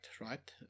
right